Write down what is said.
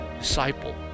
disciple